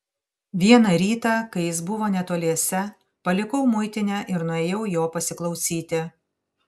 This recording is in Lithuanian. vieną rytą kai jis buvo netoliese palikau muitinę ir nuėjau jo pasiklausyti